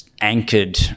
anchored